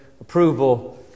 approval